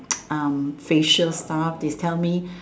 um facial stuff they tell me